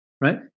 right